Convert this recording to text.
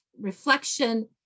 reflection